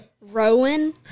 Rowan